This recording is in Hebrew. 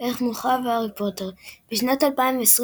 ערך מורחב – הארי פוטר בשנת 2023,